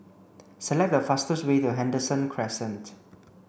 select the fastest way to Henderson Crescent